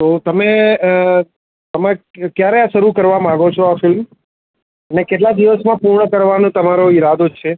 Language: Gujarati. તો તમે તમે ક ક્યારે શરૂ કરવા માગો છો આ ફિલ્મ અને કેટલા દિવસમાં પૂર્ણ કરવાનો તમારો ઈરાદો છે